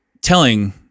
telling